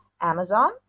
Amazon